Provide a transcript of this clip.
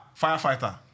firefighter